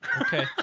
Okay